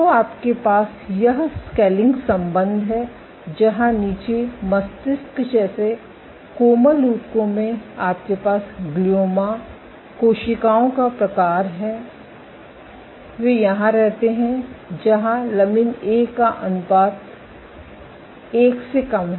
तो आपके पास यह स्केलिंग संबंध है जहां नीचे मस्तिष्क जैसे कोमल ऊतकों में आपके पास ग्लियोमा कोशिकाओं का प्रकार हैं वे यहां रहते हैं जहां लमिन ए का अनुपात 1 से कम है